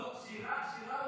לא, רק שירה, שירה,